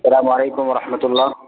السلام علیکم و رحمۃ اللہ